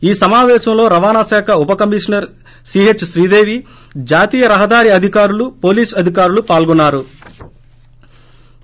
ఈ సమాపేశంలో రవాణా శాఖ ఉప కమీషనర్ సిహెచ్ శ్రీదేవి జాతీయ రహదారి అధికారులు పోలీసు అధికారులు పాల్గొన్సారు